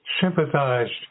sympathized